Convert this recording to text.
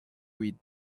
with